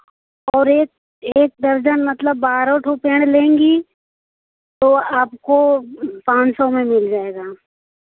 और एक एक दर्जन मतलब बारह रुपये लेंगी तो आपको पाँच सौ में मिल जाएगा